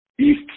east